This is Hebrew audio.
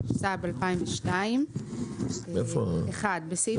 התשס"ב 2002 - (1) בסעיף